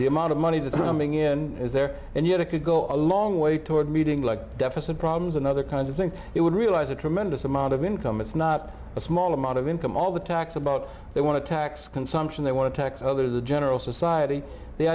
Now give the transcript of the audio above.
the amount of money that's coming in there and yet it could go a long way toward meeting like deficit problems another kind of thing it would realize a tremendous amount of income it's not a small amount of income all the tax about they want to tax consumption they want to tax other the general society the